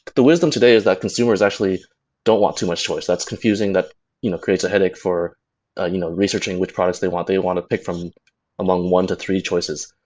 the wisdom today is that consumers actually don't want too much choice. that's confusing. that you know creates a headache for ah you know researching which products they want. they want to pick from among one to three choices.